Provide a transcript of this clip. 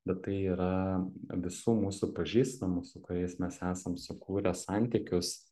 bet tai yra visų mūsų pažįstamų su kuriais mes esam sukūrę santykius